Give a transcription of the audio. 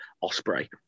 Osprey